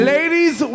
Ladies